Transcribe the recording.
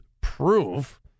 proof